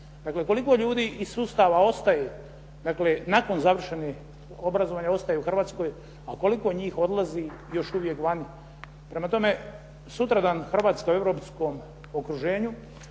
Dakle, koliko ljudi iz sustava ostaju dakle, nakon završenih obrazovanja ostaju u Hrvatskoj a koliko njih odlazi još uvijek vani. Prema tome, sutradan Hrvatska u europskom okruženju